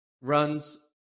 runs